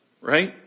Right